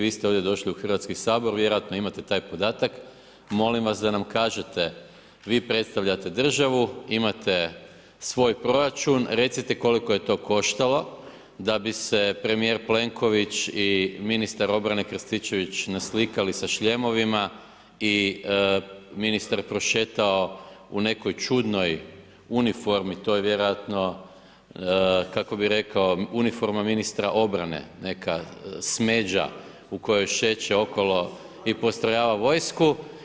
Vi ste ovdje došli u Hrvatski sabor, vjerojatno imate taj podatak, molim vas da nam kažete vi predstavljate državu imate svoj proračun, recite koliko je to koštalo da bi se premjer Plenković i ministar obrane Krstićević naslikali sa šljemovima i ministar prošetao u nekoj čudnoj uniformi, to vjerojatno, kako bi rekao, uniforma ministara obrane, neka smeđa u kojoj šeće okolo i postrojava vojsku.